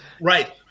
Right